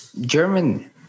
German